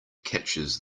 catches